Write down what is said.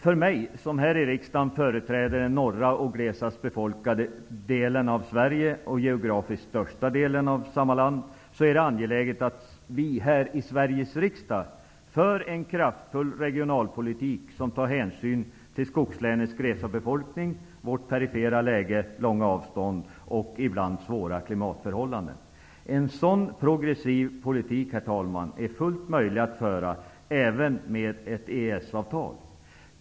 För mig som här i riksdagen företräder den norra och glesast befolkade delen av Sverige, den geografiskt största delen av Sverige, är det angeläget att vi i Sveriges riksdag för en kraftfull regionalpolitik som tar hänsyn till skogslänens glesa befolkning, perifera läge, långa avstånd och ibland svåra klimatförhållanden. En sådan progressiv politik, herr talman, är fullt möjlig att föra även med EES-avtalet.